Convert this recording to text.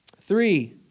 Three